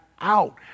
out